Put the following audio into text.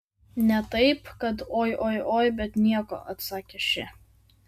ne taip kad oi oi oi bet nieko atsakė ši